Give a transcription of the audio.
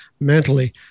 mentally